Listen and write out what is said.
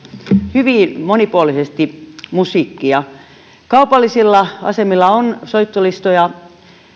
hyvin monipuolisesti musiikkia kaupallisilla asemilla on soittolistoja